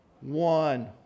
one